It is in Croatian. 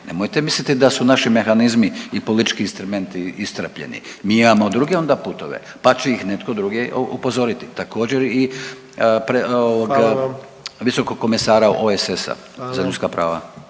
nemojte misliti da su naši mehanizmi i politički instrumenti iscrpljeni, mi imamo druge onda putove pa će ih netko drugi upozoriti. Također, i ovoga .../Upadica: Hvala